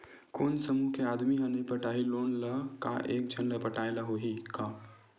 कोन समूह के आदमी हा नई पटाही लोन ला का एक झन ला पटाय ला होही का?